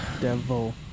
Devil